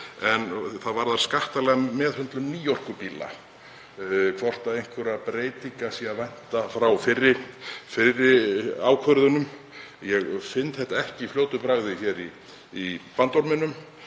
en það varðar skattalega meðhöndlun nýorkubíla, hvort einhverra breytinga væri að vænta frá fyrri ákvörðunum. Ég finn þetta ekki í fljótu bragði í bandorminum